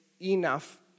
enough